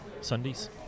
Sundays